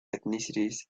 ethnicities